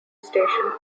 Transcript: station